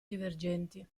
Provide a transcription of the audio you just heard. divergenti